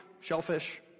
shellfish